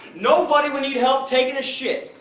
nobody would need help taking a shit.